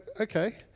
okay